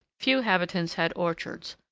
few habitants had orchards,